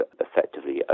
effectively